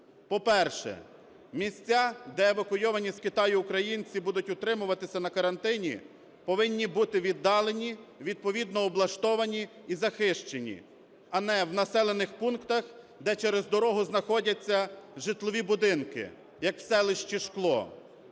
По-перше, місця, де евакуйовані з Китаю українці будуть утримуватися на карантині, повинні бути віддалені, відповідно облаштовані і захищені, а не в населених пунктах, де через дорогу знаходяться житлові будинки, як в селищі Шкло.